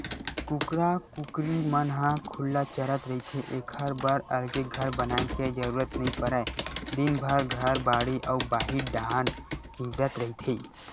कुकरा कुकरी मन ह खुल्ला चरत रहिथे एखर बर अलगे घर बनाए के जरूरत नइ परय दिनभर घर, बाड़ी अउ बाहिर डाहर किंजरत रहिथे